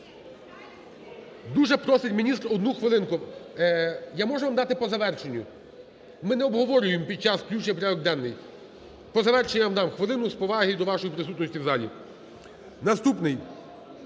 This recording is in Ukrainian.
Дуже просить міністр одну хвилинку. Я можу вам дати по завершенню, ми не обговорюємо під час включення в порядок денний, по завершенню я дам хвилину з поваги до вашої присутності в залі. Наступний: